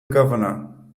governor